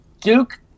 Duke